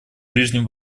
ближнем